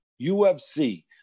UFC